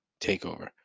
takeover